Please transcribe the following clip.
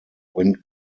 wind